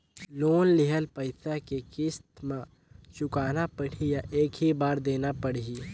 Loan लेहल पइसा के किस्त म चुकाना पढ़ही या एक ही बार देना पढ़ही?